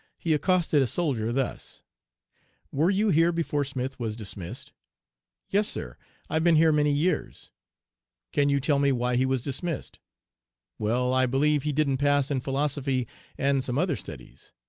he accosted a soldier thus were you here before smith was dismissed yes, sir i've been here many years can you tell me why he was dismissed well, i believe he didn't pass in philosophy and some other studies